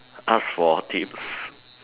ask for tips